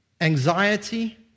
anxiety